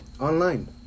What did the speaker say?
online